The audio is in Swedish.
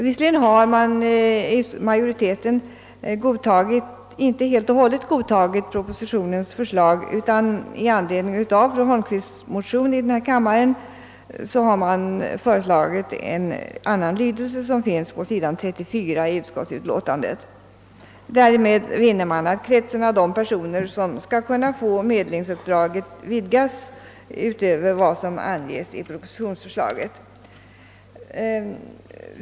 Visserligen har utskottsmajoriteten inte i alla stycken godtagit propositionens förslag utan har i anledning av fru Holmqvists motion i denna kammare föreslagit en annan lydelse, som finns på s. 34 i utskottsutlåtandet. Därmed skulle man vinna att kretsen av personer som skall kunna få medlingsuppdrag vidgas utöver vad som anges i propositionsförslaget.